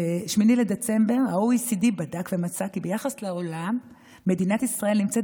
ב-8 בדצמבר ה-OECD בדק ומצא כי ביחס לעולם מדינת ישראל נמצאת